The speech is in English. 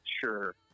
sure